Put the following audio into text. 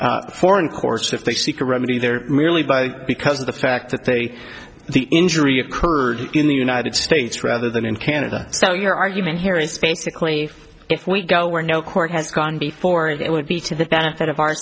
by foreign courts if they seek a remedy there merely by because of the fact that they the injury occurred in the united states rather than in canada so your argument here is basically if we go where no court has gone before it would be to the benefit of our